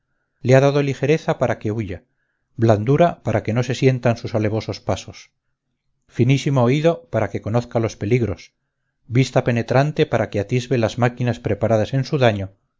le ha dado ligereza para que huya blandura para que no se sientan sus alevosos pasos finísimo oído para que conozca los peligros vista penetrante para que atisbe las máquinas preparadas en su daño